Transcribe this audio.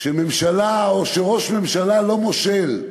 כשממשלה או כשראש ממשלה לא מושל,